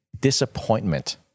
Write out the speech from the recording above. disappointment